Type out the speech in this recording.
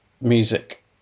music